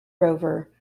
rover